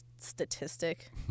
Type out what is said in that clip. statistic